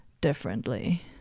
differently